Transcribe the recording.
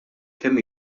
kemm